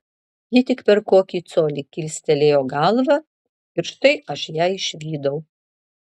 ji tik per kokį colį kilstelėjo galvą ir štai aš ją išvydau